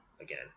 again